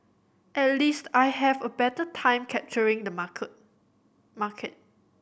at least I have a better time capturing the marker market